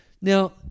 Now